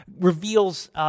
reveals